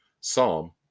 Psalm